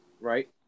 Right